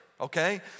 okay